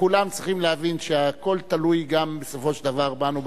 כולם צריכים להבין שהכול תלוי גם בסופו של דבר בנו,